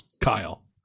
Kyle